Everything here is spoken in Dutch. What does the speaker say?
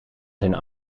zijn